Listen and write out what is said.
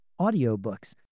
audiobooks